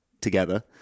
together